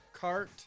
cart